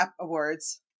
Awards